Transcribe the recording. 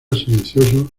silencioso